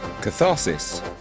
Catharsis